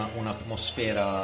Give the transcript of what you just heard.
un'atmosfera